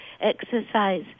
exercise